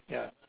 ya